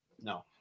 No